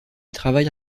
travaille